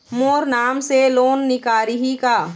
मोर नाम से लोन निकारिही का?